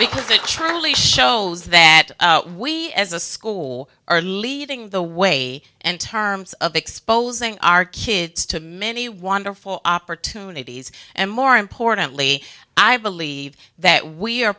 because it truly shows that we as a school are leading the way and terms of exposing our kids to many wonderful opportunities and more importantly i believe that we are